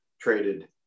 Traded